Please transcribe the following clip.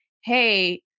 Hey